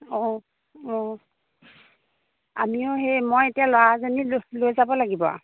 অঁ অঁ আমিও সেই মই এতিয়া ল'ৰাজনী লৈ যাব লাগিব আৰু